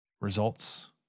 results